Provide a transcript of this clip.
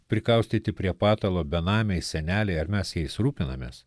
prikaustyti prie patalo benamiai seneliai ar mes jais rūpinamės